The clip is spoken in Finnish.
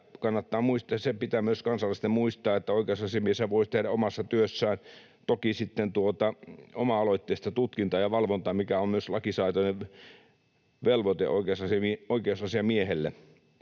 kanteluita. Ja pitää myös kansalaisten muistaa, että oikeusasiamieshän voi tehdä omassa työssään toki oma-aloitteista tutkintaa ja valvontaa, mikä on myös lakisääteinen velvoite oi- keusasiamiehelle.